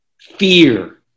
Fear